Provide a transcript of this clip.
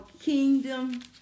kingdom